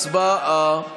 הצבעה.